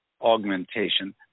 augmentation